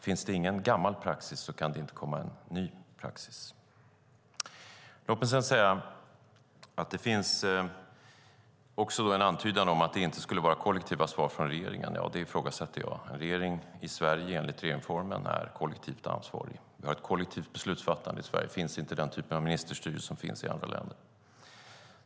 Finns det ingen gammal praxis kan det inte komma en ny praxis. Det finns också en antydan om att det inte skulle vara kollektiva svar från regeringen. Det ifrågasätter jag. En regering i Sverige är enligt regeringsformen kollektivt ansvarig. Vi har ett kollektivt beslutsfattande. I Sverige finns inte den typ av ministerstyre som finns i andra länder.